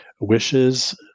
wishes